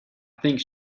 think